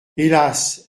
hélas